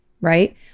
right